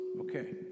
Okay